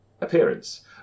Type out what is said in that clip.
appearance